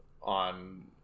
on